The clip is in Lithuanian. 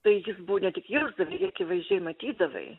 tai jis buvo ne tik jausdavai ir akivaizdžiai matydavai